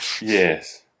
Yes